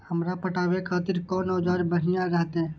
हमरा पटावे खातिर कोन औजार बढ़िया रहते?